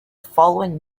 following